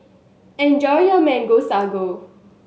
enjoy your Mango Sago